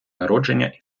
народження